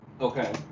okay